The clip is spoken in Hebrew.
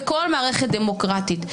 בכל מערכת דמוקרטית.